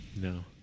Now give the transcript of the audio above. No